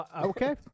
Okay